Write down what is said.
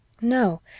No